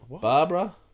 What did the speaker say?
Barbara